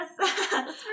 yes